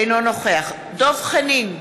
אינו נוכח דב חנין,